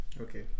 Okay